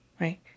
right